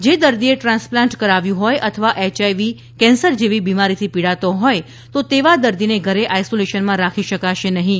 જે દર્દીએ ટ્રાન્સપ્લાન્ટ કરાવ્યું હોય અથવા એચઆઈવી કેન્સર જેવી બીમારીથી પીડાતો હોય તો તેવા દર્દીને ઘરે આઈસોલેશનમાં રાખી શકાશે નહીં